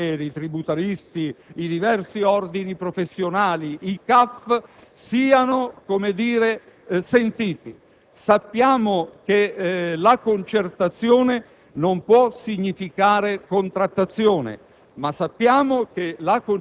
i commercialisti, i ragionieri, i tributaristi, i diversi ordini professionali ed i CAF. Sappiamo che la concertazione non può significare contrattazione,